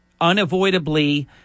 unavoidably